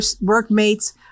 workmates